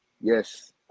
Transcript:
Yes